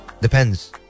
depends